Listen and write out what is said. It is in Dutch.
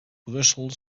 brussel